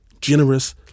generous